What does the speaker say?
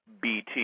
BT